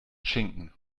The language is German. schinken